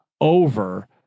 over